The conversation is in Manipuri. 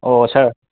ꯑꯣ ꯁꯔ